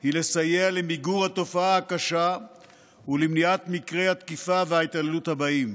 היא לסייע למיגור התופעה הקשה ולמניעת מקרי התקיפה וההתעללות הבאים.